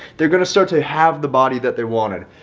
they're going to start to have the body that they wanted,